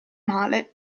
male